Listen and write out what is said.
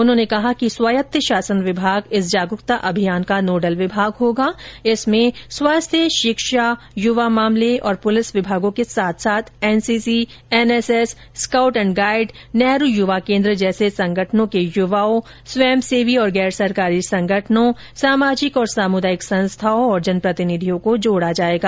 उन्होंने कहा कि स्वायत्त शासन विभाग इस जागरूकता अभियान का नोडल विभाग होगा लेकिन इसमें स्वास्थ्य शिक्षा युवा मामले और पुलिस विभागों के साथ साथ NCC NSS scout and guide Nehru युवा केन्द्र जैसे संगठनों के युवाओं स्वयंसेवी और गैर सरकारी संगठनों सामाजिक और सामूदायिक संस्थाओं और जनप्रतिनिधियों को जोड़ा जाएगा